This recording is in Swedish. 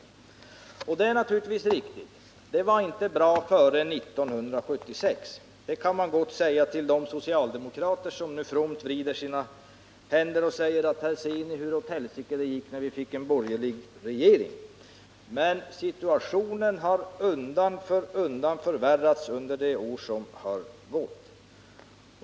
Det är naturligtvis riktigt att det heller inte var bra före 1976; man kan gott säga det till de socialdemokrater som nu fromt vrider sina händer och tycker att här ser ni hur åt helsike det gick när vi fick en borgerlig regering. Men situationen har undan för undan förvärrats under de år som har gått.